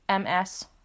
ms